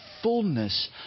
fullness